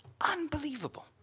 Unbelievable